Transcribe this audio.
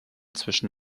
zwischen